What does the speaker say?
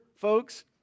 folks